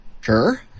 Sure